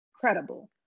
credible